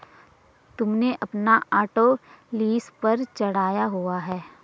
तुमने अपना auto lease पर चढ़ाया हुआ है?